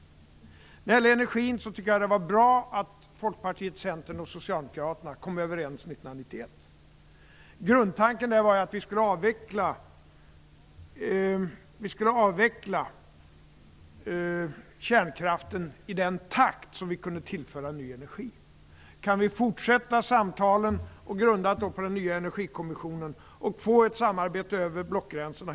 När det gäller energin tycker jag att det var bra att Folkpartiet, Centern och Socialdemokraterna kom överens 1991. Grundtanken var att vi skulle avveckla kärnkraften i den takt som vi kunde tillföra ny energi. Jag tror också att det skulle vara bra om vi kunde fortsätta samtalen, grundade på den nya energikommissionen, och få till stånd ett samarbete över blockgränsen.